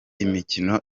imikino